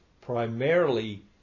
primarily